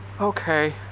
Okay